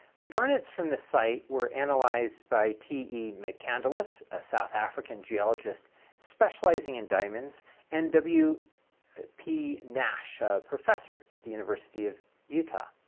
garnets from the site were analyzed by t e. mccandless a south african geologist specializing in diamonds and w p. nash a professor at the university of utah.